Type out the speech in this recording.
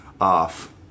off